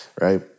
Right